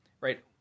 right